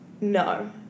No